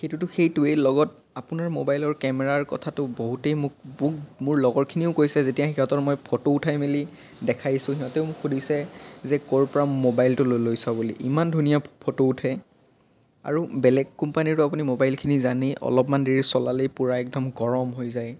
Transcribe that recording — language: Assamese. সেইটোতো সেইটোৱে লগত আপোনাৰ মোবাইলৰ কেমেৰাৰ কথাটো বহুতেই মোক মোক মোৰ লগৰখিনিয়েও কৈছে যেতিয়া সিহঁতৰ মই ফটো উঠাই মেলি দেখাইছোঁ সিহঁতেও মোক সুধিছে যে ক'ৰ পৰা মোবাইলটো লৈছ বুলি ইমান ধুনীয়া ফটো উঠে আৰু বেলেগ কোম্পানীৰতো আপুনি মোবাইলখিনি জানেই অলপমান দেৰি চলালেই পূৰা একদম গৰম হৈ যায়